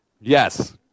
yes